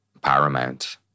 paramount